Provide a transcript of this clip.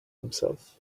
himself